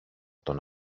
τον